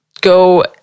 go